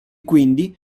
quindi